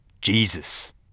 Jesus